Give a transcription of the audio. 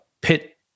pit